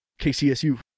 KCSU